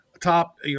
top